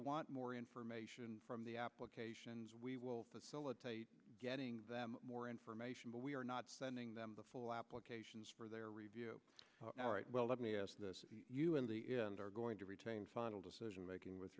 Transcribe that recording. want more information from the applications we will facilitate getting them more information but we are not sending them the full applications for their review well let me ask you in the end are going to retain final decision making with